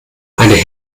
eine